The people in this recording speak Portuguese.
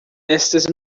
estas